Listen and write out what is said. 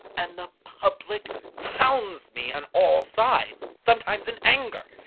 and the public hounds me on all sides, sometimes in anger,